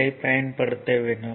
L I பயன்படுத்த வேண்டும்